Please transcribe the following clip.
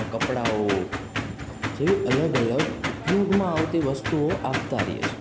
કપડાંઓ જેવી અલગ અલગ ઉપયોગમાં આવતી વસ્તુઓ આપતા રહે છે